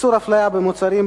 איסור הפליה במוצרים,